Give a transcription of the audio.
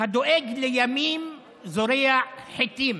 "הדואג לימים זורע חיטים,